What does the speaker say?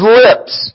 lips